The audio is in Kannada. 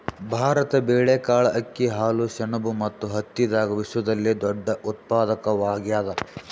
ಭಾರತ ಬೇಳೆಕಾಳ್, ಅಕ್ಕಿ, ಹಾಲು, ಸೆಣಬು ಮತ್ತು ಹತ್ತಿದಾಗ ವಿಶ್ವದಲ್ಲೆ ದೊಡ್ಡ ಉತ್ಪಾದಕವಾಗ್ಯಾದ